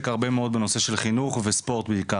הרבה מאוד בנושא של חינוך וספורט בעיקר,